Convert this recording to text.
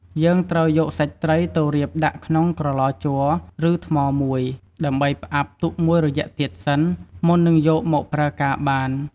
យើងត្រូវយកសាច់ត្រីទៅរៀបដាក់ក្នុងក្រឡជ័រ ឬ ថ្មមួយ ដើម្បីផ្អាប់ទុកមួយរយៈទៀតសិន មុននឹងយកមកប្រើការបាន។